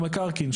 למקרקעין,